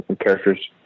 characters